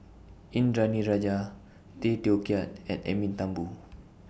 Indranee Rajah Tay Teow Kiat and Edwin Thumboo